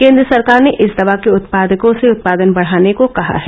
केंद्र सरकार ने इस दवा के उत्पादकों से उत्पादन बढ़ाने को कहा है